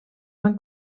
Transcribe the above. van